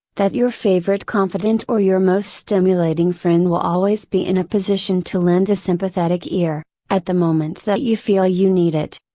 that your favorite confidante or your most stimulating friend will always be in a position to lend a sympathetic ear, at the moment that you feel you need it.